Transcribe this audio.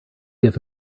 give